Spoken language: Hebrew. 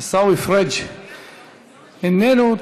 עיסאווי פריג' איננו,